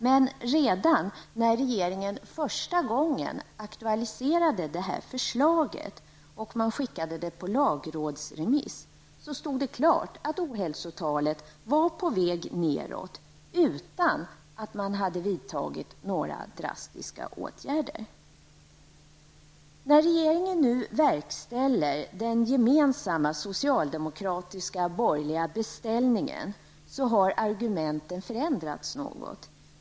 Men redan när regeringen första gången aktualiserade förslaget och skickade det på lagrådsremiss stod det klart att ohälsotalet var på väg nedåt, utan att några drastiska åtgärder hade vidtagits. När regeringen nu verkställer den gemensamma socialdemokratiska--borgerliga beställningen, har argumenten förändrats något.